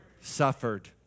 Suffered